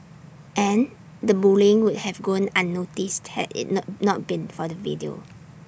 and the bullying would have gone unnoticed had IT not not been for the video